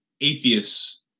atheists